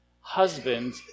husband